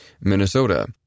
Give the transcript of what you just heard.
Minnesota